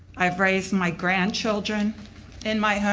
i raise my grandchildren and my